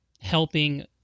helping